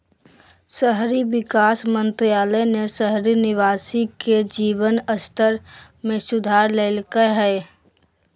शहरी विकास मंत्रालय ने शहरी निवासी के जीवन स्तर में सुधार लैल्कय हइ